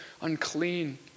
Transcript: unclean